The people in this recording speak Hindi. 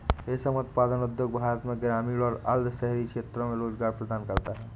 रेशम उत्पादन उद्योग भारत में ग्रामीण और अर्ध शहरी क्षेत्रों में रोजगार प्रदान करता है